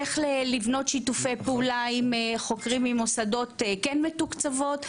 איך לבנות שיתופי פעולה עם חוקרים ממוסדות כן מתוקצבים,